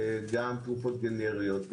גם תרופות גנריות,